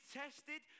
tested